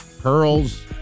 Pearls